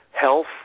Health